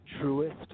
truest